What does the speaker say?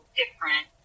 different